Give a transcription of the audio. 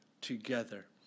together